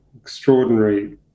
Extraordinary